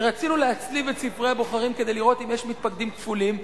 ורצינו להצליב את ספרי הבוחרים כדי לראות אם יש מתפקדים כפולים.